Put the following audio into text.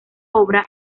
obra